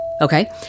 Okay